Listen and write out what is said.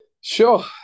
Sure